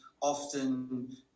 often